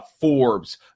Forbes